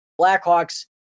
Blackhawks